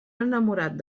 enamorat